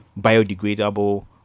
biodegradable